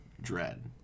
Dread